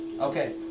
Okay